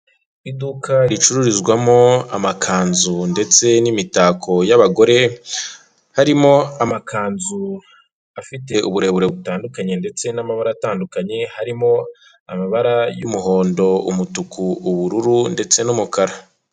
Iduka ricururizwamo amakanzu ndetse n'imitako y'abagore harimo amakanzu afite uburebure butandukanye ndetse n'amabara atandukanye, harimo amabara y'umuhondo, umutuku, ubururu ndetse n'umukara.